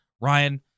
Ryan